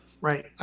Right